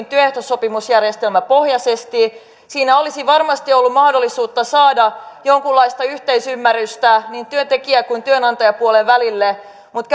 työehtosopimusjärjestelmäpohjaisesti siinä olisi varmasti ollut mahdollisuutta saada jonkunlaista yhteisymmärrystä niin työntekijä kuin työnantajapuolen välille mutta